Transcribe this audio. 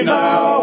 now